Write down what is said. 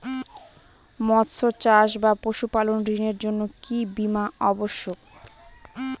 মৎস্য চাষ বা পশুপালন ঋণের জন্য কি বীমা অবশ্যক?